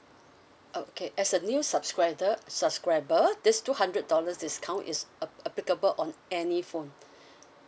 okay as a new subscriber subscriber this two hundred dollars discount is app~ applicable on any phone